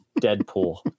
Deadpool